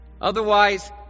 Otherwise